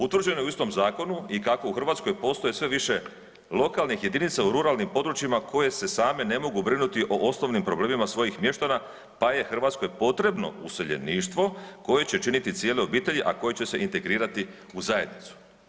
Utvrđeno je u istom zakonu i kako u Hrvatskoj postoje sve više lokalnih jedinica u ruralnim područjima koje se same ne mogu brinuti o osnovnim problemima svojih mještana, pa je Hrvatskoj potrebno useljeništvo koje će činiti cijele obitelji, a koje će se integrirati u zajednicu.